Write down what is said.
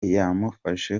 yamufashe